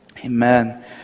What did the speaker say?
Amen